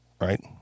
right